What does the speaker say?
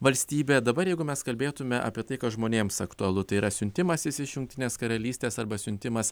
valstybė dabar jeigu mes kalbėtume apie tai kas žmonėms aktualu tai yra siuntimasis iš jungtinės karalystės arba siuntimas